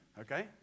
Okay